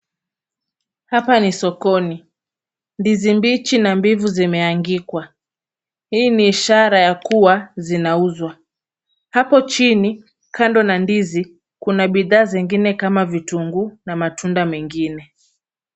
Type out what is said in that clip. Hapa ni sokoni. Ndizi mbichi na mbivu zimeangikwa. Hii ni ishara yakuwa zinauzwa. Hapo chini, kando ya ndizi kuna bidhaa zingine kama vitunguu na matunda mengine.